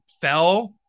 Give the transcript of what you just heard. fell